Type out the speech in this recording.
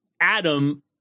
Adam